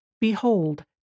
Behold